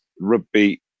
rugby